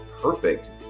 perfect